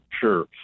sure